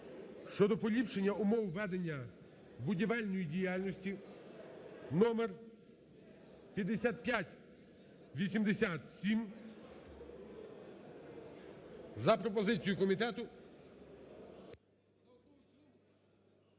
щодо поліпшення умов ведення будівельної діяльності № 5587 за пропозицією комітету